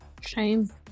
Shame